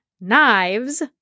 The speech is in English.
knives